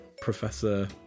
professor